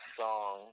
song